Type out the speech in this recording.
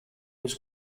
was